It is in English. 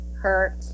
hurt